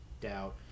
doubt